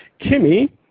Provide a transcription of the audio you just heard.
Kimmy